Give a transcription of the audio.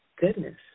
goodness